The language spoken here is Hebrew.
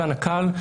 הזן הקל,